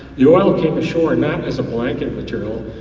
the oil came to shore not as a blanket material.